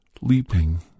leaping